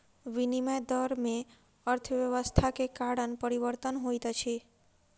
विनिमय दर में अर्थव्यवस्था के कारण परिवर्तन होइत अछि